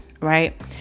right